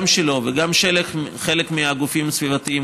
גם שלו וגם של חלק מהגופים הסביבתיים,